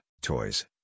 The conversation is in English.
toys